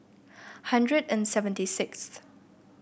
hundred and seventy sixth